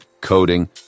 coding